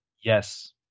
Yes